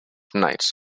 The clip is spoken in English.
knights